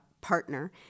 partner